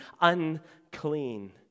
unclean